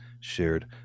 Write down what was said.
shared